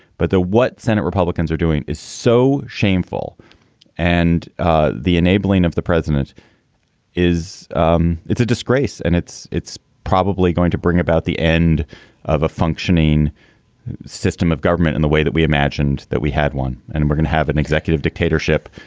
but the what senate republicans are doing is so shameful and ah the enabling of the president is um a disgrace. and it's it's probably going to bring about the end of a functioning system of government in the way that we imagined that we had one. and we're gonna have an executive dictatorship.